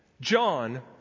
John